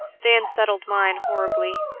they unsettled mine horribly.